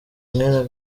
mwene